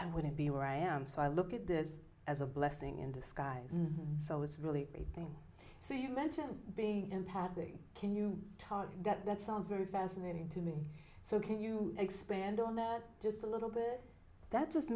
i wouldn't be where i am so i look at this as a blessing in disguise so i was really a thing so you mentioned being in paddling can you talk that sounds very fascinating to me so can you expand on just a little bit that just